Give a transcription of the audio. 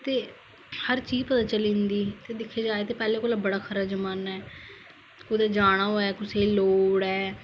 ते हर चीज पता चली जंदी जित्थे दिक्खेआ जाए ते पैहलें कोला बडा खरा जमाना ऐ कुते जाना होऐ कुसेगी लोड ऐ